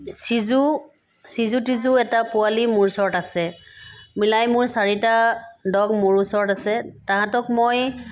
চিজু চিজু তিজু এটা পোৱালি মোৰ ওচৰত আছে মিলাই মোৰ চাৰিটা ডগ মোৰ ওচৰত আছে তাঁহাতক মই